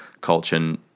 culture